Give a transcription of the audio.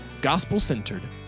gospel-centered